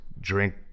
drink